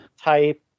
type